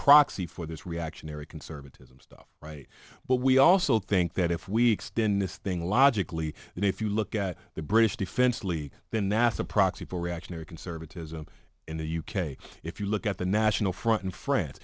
proxy for this reactionary conservatism stuff right but we also think that if we extend this thing logically and if you look at the british defense league the nasa proxy for reactionary conservatism in the u k if you look at the national front in france